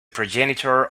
progenitor